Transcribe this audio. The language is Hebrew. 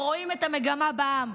הם רואים את המגמה בעם.